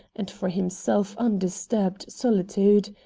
and for himself undisturbed solitude.